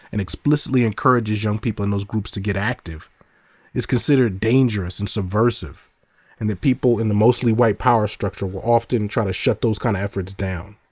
and explicitly encourages young people in those groups to get active, that it's considered dangerous and subversive and that people in the mostly-white power structure will often try to shut those kind of efforts down.